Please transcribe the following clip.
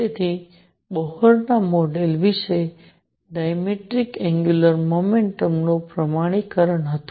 તેથી બોહરના મોડેલ વિશે ડ્રામેટિક એંગ્યુલર મોમેન્ટમનું પ્રમાણીકરણ હતું